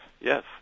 Yes